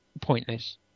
pointless